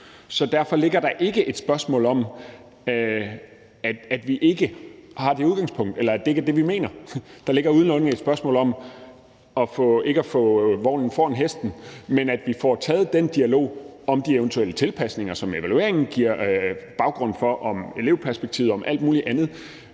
Derfor er det ikke et spørgsmål om, at det ikke er det, vi mener, for der ligger udelukkende et spørgsmål om ikke at få vognen foran hesten, men at vi får taget den dialog om de eventuelle tilpasninger, som evalueringen skaber baggrund for, altså om elevperspektivet og alt muligt andet.